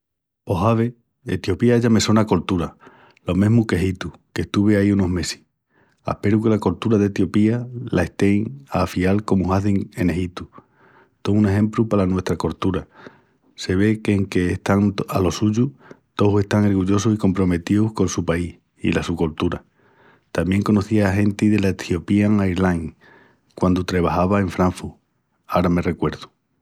Pos ave, Etiopía ya me sona a coltura, lo mesmu que Egitu, qu'estuvi ai unus mesis. Asperu que la coltura en Etiopía la estean a afial comu hazin en Egitu. Tó un exempru pala nuestra coltura. Se ve qu'enque están alo suyu, tous están ergullosus i comprometíus col su país i la su coltura. Tamién conocí a genti dela Ethiopian Airlines quandu trebajava en Frankfurt, ara me recuerdu.